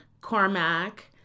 Cormac